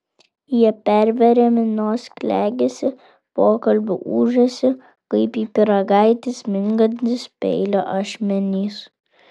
jie perveria minios klegesį pokalbių ūžesį kaip į pyragaitį smingantys peilio ašmenys